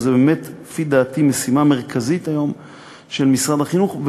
זו באמת לפי דעתי משימה מרכזית של משרד החינוך היום,